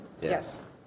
Yes